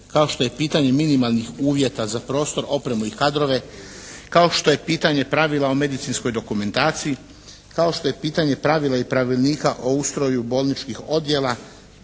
kao što je pitanje minimalnih uvjeta za prostor, opremu i kadrove, kao što je pitanje pravila o medicinskoj dokumentaciji, kao što je pitanje pravila i pravilnika o ustroju bolničkih odjela,